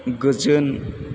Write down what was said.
गोजोन